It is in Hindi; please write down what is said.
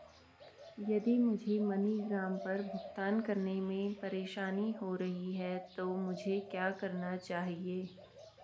यदि मुझे मनीग्राम पर भुगतान करने में परेशानी हो रही है तो मुझे क्या करना चाहिए?